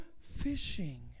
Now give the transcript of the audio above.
fishing